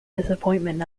disappointment